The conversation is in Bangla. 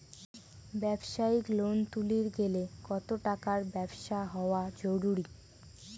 ব্যবসায়িক লোন তুলির গেলে কতো টাকার ব্যবসা হওয়া জরুরি?